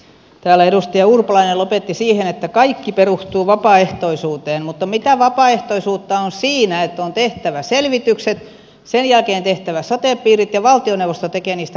täällä edustaja urpalainen lopetti siihen että kaikki perustuu vapaaehtoisuuteen mutta mitä vapaaehtoisuutta on siinä että on tehtävä selvitykset sen jälkeen tehtävä sote piirit ja valtioneuvosto tekee niistä päätökset